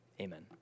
amen